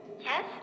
Yes